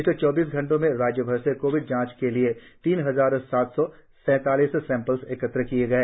पिछले चौबीस घंटे में राज्यभर से कोविड जांच के लिए तीन हजार सात सौ सैतालीस सैंपल एकत्र किए गए